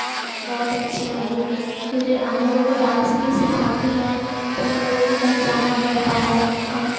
बहुत अच्छी हैं वह फिर हम लोगों को डांस भी सिखाती हैं जब हम लोगों को कहीं जाना पड़ता है